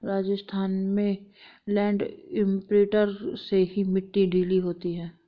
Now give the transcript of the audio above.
राजस्थान में land imprinter से ही मिट्टी ढीली होती है